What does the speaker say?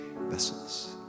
vessels